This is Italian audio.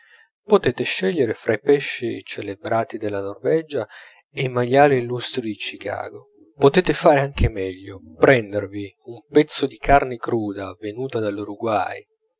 potete scegliere fra i pesci celebrati della norvegia e i maiali illustri di chicago potete fare anche meglio prendervi un pezzo di carne cruda venuta dall'uraguay